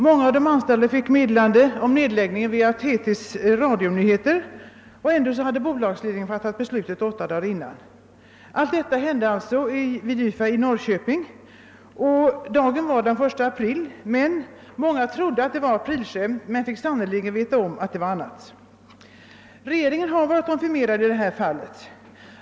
Många av de anställda fick meddelande om nedläggningen via TT:s radionyheter, och ändå hade bolagsledningen fattat beslutet åttå dagar tidigare. Allt detta hände alltså vid YFA i Norrköping. Dagen var den 1 april — många trodde att det var ett aprilskämt men fick sannerligen veta om att det var någonting annat. Regeringen har varit informerad i det här fallet.